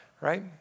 Right